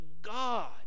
God